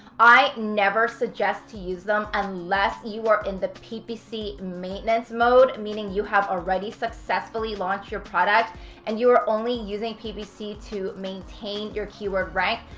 i never suggest to use them unless you are in the ppc maintenance mode, meaning you have already successfully launched your product and you are only using ppc to maintain your keyword rank.